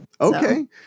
Okay